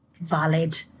valid